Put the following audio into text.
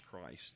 Christ